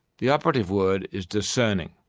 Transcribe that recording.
the operative word is discerning.